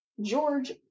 George